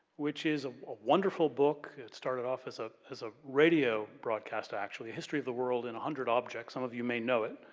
which is a wonderful book. it started off as ah as a radio broadcast, actually, history of the world in one hundred objects, some of you may know it,